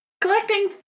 collecting